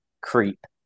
creep